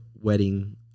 wedding